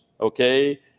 Okay